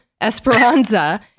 Esperanza